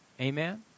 Amen